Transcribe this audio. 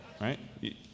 Right